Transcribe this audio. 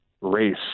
race